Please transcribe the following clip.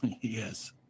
Yes